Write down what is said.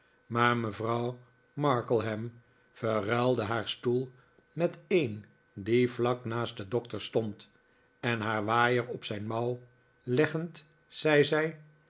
maar mevrouw markleham verruilde haar stoel met een die vlak naast den doctor stond en haar waaier op zijn mouw leggend zei